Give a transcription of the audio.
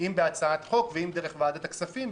אם בהצעת חוק, אם דרך ועדת הכספים.